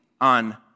on